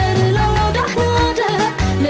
and and